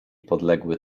podległy